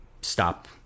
stop